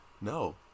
No